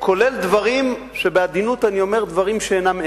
כולל דברים, שבעדינות אני אומר, דברים שאינם אמת.